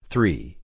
Three